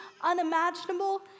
unimaginable